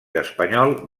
espanyol